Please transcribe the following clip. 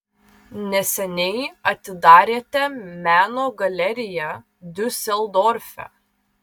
neseniai atidarėte meno galeriją diuseldorfe